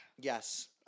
Yes